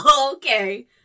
Okay